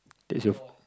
there's a